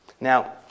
Now